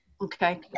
Okay